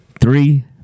three